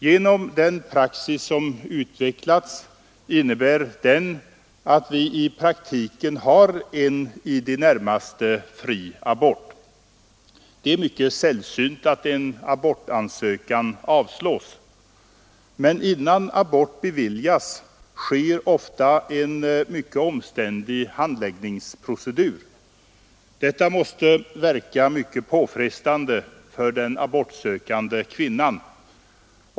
Genom den praxis som utvecklats innebär den att vi i praktiken har en i det närmaste fri abort. Det är mycket sällsynt att en abortansökan avslås, men innan abort beviljas sker ofta en mycket omständlig handläggningsprocedur. Detta måste verka mycket påfrestande för den abortsökande kvinnan.